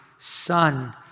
son